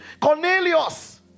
Cornelius